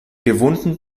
bewohnten